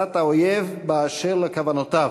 להכרזת האויב באשר לכוונותיו.